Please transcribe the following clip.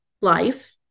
life